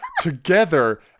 together